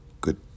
good